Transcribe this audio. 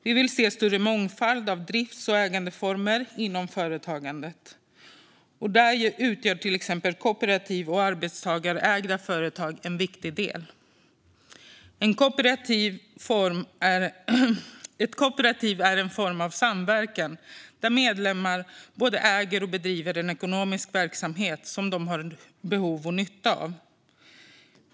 Vi vill se en större mångfald av drifts och ägandeformer inom företagandet, och där utgör till exempel kooperativ och arbetstagarägda företag en viktig del. Ett kooperativ är en form av samverkan där medlemmarna både äger och bedriver en ekonomisk verksamhet som de har behov och nytta av.